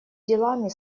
делами